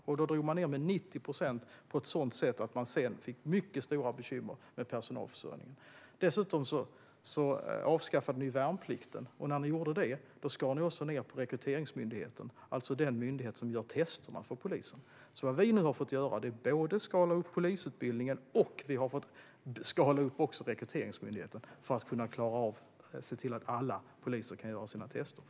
Man drog ned med 90 procent, vilket gjorde att man fick mycket stora bekymmer med personalförsörjningen. Dessutom avskaffade ni värnplikten, och när ni gjorde det skar ni också ned på Rekryteringsmyndigheten, alltså den myndighet som gör testerna för polisen. Vad vi nu har fått göra är att skala upp inte bara polisutbildningen utan även Rekryteringsmyndigheten för att se till att alla poliser kan göra sina tester.